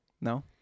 No